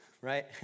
right